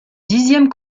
dixième